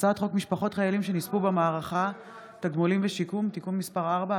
הצעת חוק חיילים שנספו במערכה (תגמולים ושיקום) (תיקון מס' 4),